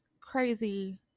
crazy